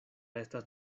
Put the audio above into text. estas